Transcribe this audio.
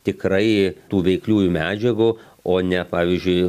tikrai tų veikliųjų medžiagų o ne pavyzdžiui